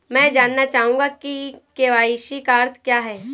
मैं जानना चाहूंगा कि के.वाई.सी का अर्थ क्या है?